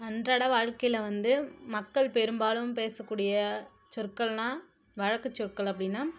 அன்றாட வாழ்கையில வந்து மக்கள் பெரும்பாலும் பேசக்கூடிய சொற்கள்னா வழக்குச் சொற்கள் அப்படின்னா